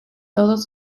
todos